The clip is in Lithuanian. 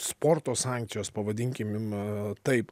sporto sankcijos pavadinkim taip